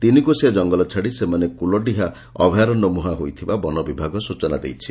ତିନିକୋଶିଆ ଜଙ୍ଗଲ ଛାଡ଼ି ସେମାନେ କୁଲହିଆ ଅଭରଣ୍ୟ ମୁହାଁ ହୋଇଥିବା ବନ ବିଭାଗ ସ୍ଚନା ଦେଇଛି